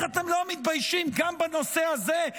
איך אתם לא מתביישים גם בנושא הזה,